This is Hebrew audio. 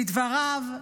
לדבריו: